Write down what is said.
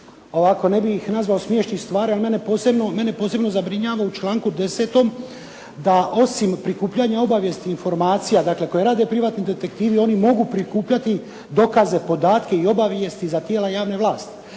ovako, ne bih ih nazvao smiješnih stvari, ali mene posebno zabrinjava u članku 10. da osim prikupljanja obavijesti i informacija, dakle koje rade privatni detektivi oni mogu prikupljati dokaze, podatke i obavijesti za tijela javne vlasti.